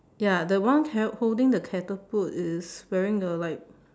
ya the one carry holding the catapult is wearing a like